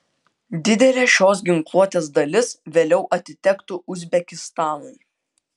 didelė šios ginkluotės dalis vėliau atitektų uzbekistanui